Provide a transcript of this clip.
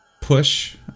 push